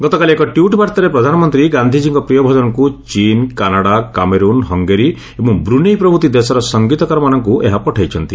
ଗତକାଲି ଏକ ଟୁଇଟ୍ ବାର୍ଭାରେ ପ୍ରଧାନମନ୍ତ୍ରୀ ଗାନ୍ଧିଜୀଙ୍କ ପ୍ରିୟ ଭଜନକୁ ଚୀନ୍ କାନାଡା କାମେରୁନ୍ ହଙ୍ଗେରୀ ଏବଂ ବୃନେଇ ପ୍ରଭୃତି ଦେଶର ସଂଗୀତକାରମାନଙ୍କୁ ପଠାଇଛନ୍ତି